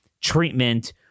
treatment